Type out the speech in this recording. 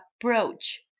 approach